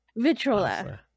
Vitrola